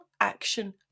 action